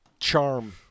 Charm